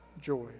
joy